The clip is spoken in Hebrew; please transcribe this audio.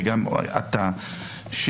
וגם אתה,